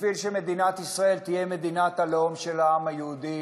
בשביל שמדינת ישראל תהיה מדינת הלאום של העם היהודי